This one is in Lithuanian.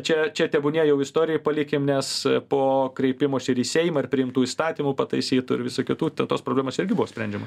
čia čia tebūnie jau istorijai palikim nes po kreipimosi ir į seimą ir priimtų įstatymų pataisytų ir visų kitų tos problemos irgi buvo sprendžiama